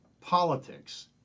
politics